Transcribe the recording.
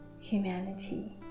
humanity